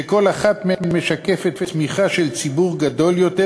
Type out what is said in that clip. שכל אחת מהן משקפת תמיכה של ציבור גדול יותר,